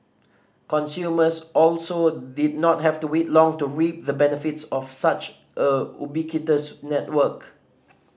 consumers also did not have to wait long to reap the benefits of such a ubiquitous network